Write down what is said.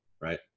right